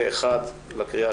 אין מתנגדים.